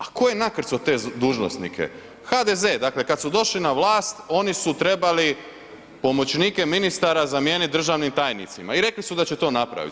A ko je nakrcto te dužnosnike, HDZ, dakle kad su došli na vlast oni su trebali pomoćnike ministara zamijenit državnim tajnicama i rekli su da će to napraviti.